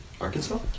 Arkansas